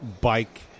bike